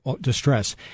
distress